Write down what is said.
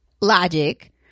logic